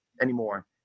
anymore